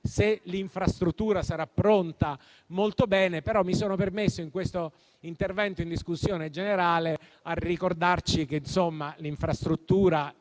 se l'infrastruttura sarà pronta, molto bene. Mi sono permesso però in questo intervento in discussione generale di ricordare che l'infrastruttura,